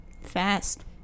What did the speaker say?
Fast